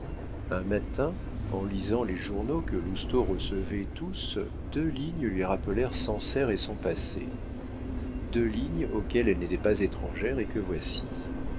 un matin en lisant les journaux que lousteau recevait tous deux lignes lui rappelèrent sancerre et son passé deux lignes auxquelles elle n'était pas étrangère et que voici